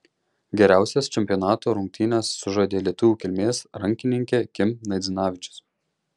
geriausias čempionato rungtynes sužaidė lietuvių kilmės rankininkė kim naidzinavičius